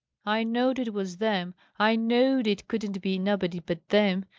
i knowed it was them! i knowed it couldn't be nobody but them!